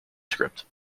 script